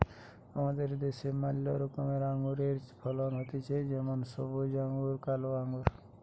আমাদের দ্যাশে ম্যালা রকমের আঙুরের ফলন হতিছে যেমন সবুজ আঙ্গুর, কালো আঙ্গুর